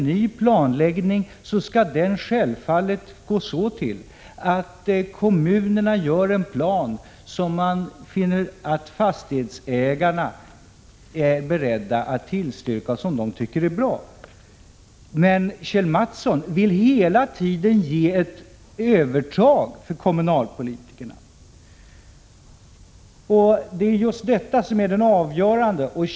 Ny planändring skall självfallet genomföras av kommunen på ett sådant sätt att fastighetsägarna tycker den är bra och är beredda att tillstyrka den. Men Kjell Mattsson vill hela tiden ge ett övertag åt kommunalpolitikerna. Det är just detta som är den avgörande punkten.